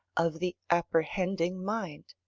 of the apprehending mind.